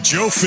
Joe